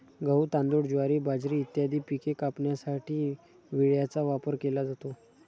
गहू, तांदूळ, ज्वारी, बाजरी इत्यादी पिके कापण्यासाठी विळ्याचा वापर केला जातो